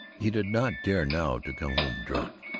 he did not dare now to come home drunk,